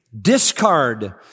discard